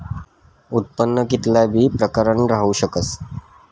उत्पन्न कित्ला बी प्रकारनं राहू शकस